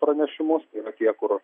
pranešimus tai yra tie kur